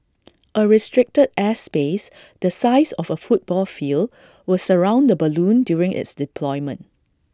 A restricted airspace the size of A football field will surround the balloon during its deployment